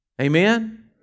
Amen